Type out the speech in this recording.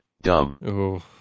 Dumb